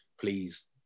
please